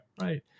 Right